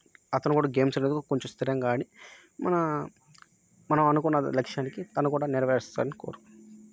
అతను కూడా గేమ్స్ అనేది కూడా కొంచెం స్థిరంగా ఆడి మన మనం అనుకున్న లక్ష్యానికి తను కూడా నెరవేరుస్తాడు అని కోరుకు